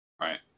Right